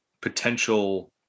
potential